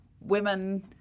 women